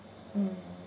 mm